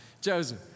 Joseph